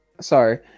sorry